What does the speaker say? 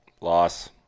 Loss